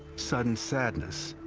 sudden sadness,